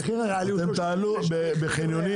אתם תעלו בחניונים.